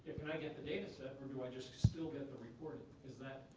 can i get the data set or do i just still get the recording? is that.